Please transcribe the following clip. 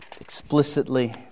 explicitly